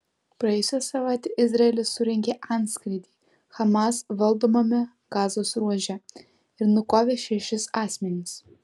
praėjusią savaitę izraelis surengė antskrydį hamas valdomame gazos ruože ir nukovė šešis asmenis